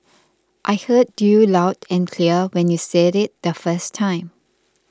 I heard you loud and clear when you said it the first time